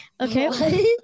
Okay